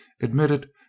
admitted